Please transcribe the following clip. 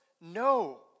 No